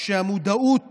שהמודעות